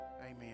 Amen